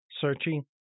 searching